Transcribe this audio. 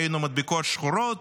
ראינו מדבקות שחורות,